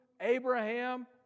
Abraham